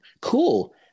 Cool